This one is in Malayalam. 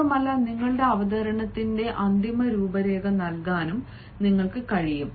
മാത്രമല്ല നിങ്ങളുടെ അവതരണത്തിന്റെ അന്തിമ രൂപരേഖ നൽകാനും നിങ്ങൾക്ക് കഴിയും